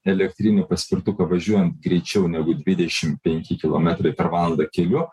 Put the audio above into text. elektrinį paspirtuką važiuojant greičiau negu dvidešim penki kilometrai per valandą keliu